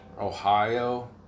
Ohio